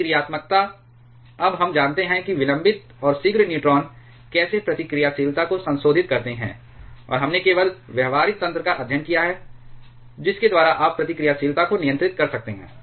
प्रतिक्रियात्मकता अब हम जानते हैं कि विलंबित और शीघ्र न्यूट्रॉन कैसे प्रतिक्रियाशीलता को संशोधित करते हैं और हमने केवल व्यावहारिक तंत्र का अध्ययन किया है जिसके द्वारा आप प्रतिक्रियाशीलता को नियंत्रित कर सकते हैं